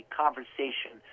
conversation